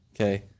okay